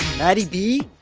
matty b,